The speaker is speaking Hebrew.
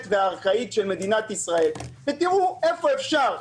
והארכאית של מדינת ישראל ותראו איפה אפשר,